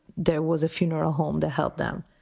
there was a funeral home to help them